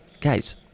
guys